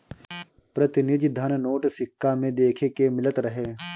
प्रतिनिधि धन नोट, सिक्का में देखे के मिलत रहे